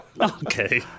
Okay